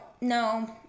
no